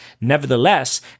Nevertheless